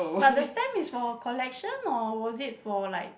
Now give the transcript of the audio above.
but the stamp is for collection or was it for like